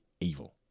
evil